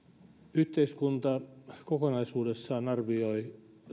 yhteiskunta kokonaisuudessaan arvioi